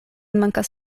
mankas